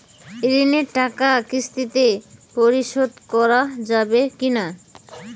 ঋণের টাকা কিস্তিতে পরিশোধ করা যাবে কি না?